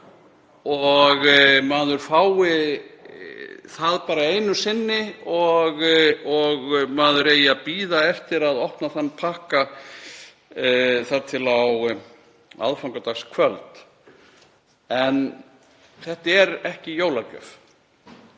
maður fengi hana bara einu sinni og ætti að bíða eftir að opna þann pakka þar til á aðfangadagskvöld. En þetta er ekki jólagjöf.